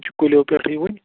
یہِ چھُ کُلیو پٮ۪ٹھ وٕنہِ